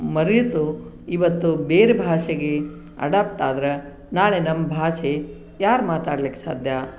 ಮರೆತು ಇವತ್ತು ಬೇರೆ ಭಾಷೆಗೆ ಅಡಾಪ್ಟ್ ಆದ್ರೆ ನಾಳೆ ನಮ್ಮ ಭಾಷೆ ಯಾರು ಮಾತಾಡ್ಲಿಕ್ಕೆ ಸಾಧ್ಯ